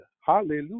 Hallelujah